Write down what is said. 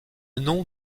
nom